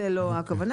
זה לא הכוונה,